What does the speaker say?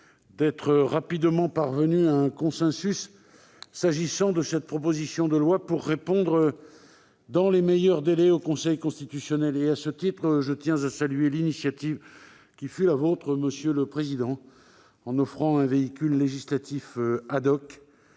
d'être rapidement parvenus à un consensus sur cette proposition de loi pour répondre dans les meilleurs délais au Conseil constitutionnel. À ce titre, je tiens à saluer l'initiative qui fut la vôtre, monsieur le président de la commission